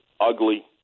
ugly